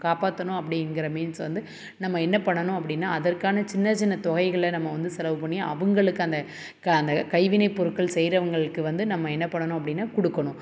காப்பாற்றணும் அப்படிங்கிற மீன்ஸ் வந்து நம்ம என்ன பண்ணனும் அப்படின்னா அதற்கான சின்ன சின்ன தொகைகளை நம்ம வந்து செலவு பண்ணி அவங்களுக்கு அந்த க அந்த கைவினை பொருட்கள் செய்கிறவுங்களுக்கு வந்து நம்ம என்ன பண்ணனும் அப்படின்னா கொடுக்கணும்